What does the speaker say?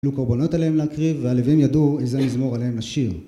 אילו קורבנות עליהם להקריב, והלווים ידעו איזה מזמור עליהם לשיר.